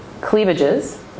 cleavages